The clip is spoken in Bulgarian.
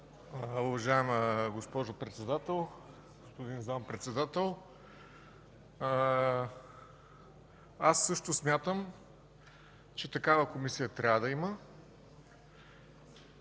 Уважаема госпожо Председател, господин Заместник-председател! Аз също смятам, че такава комисия трябва да има,